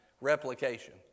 Replication